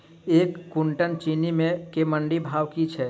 एक कुनटल चीनी केँ मंडी भाउ की छै?